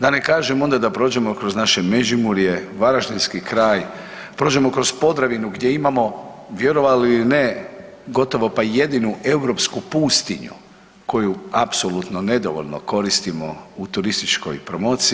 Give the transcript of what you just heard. Da ne kažem onda da prođemo kroz naše Međimurje, varaždinski kraj, prođemo kroz Podravinu gdje imamo vjerovali ili ne gotovo pa i jedinu europsku pustinju koju apsolutno nedovoljno koristimo u turističkoj promociji.